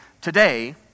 today